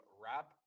wrap